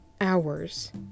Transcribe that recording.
hours